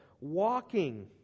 walking